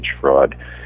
fraud